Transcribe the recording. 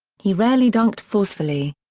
he rarely dunked forcefully.